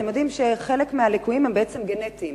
אתם יודעים שחלק מהליקויים הם גנטיים,